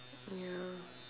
ya